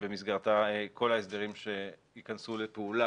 שבמסגרתה כל ההסדרים ייכנסו לפעולה,